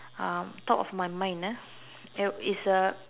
um top of my mind ah it it's a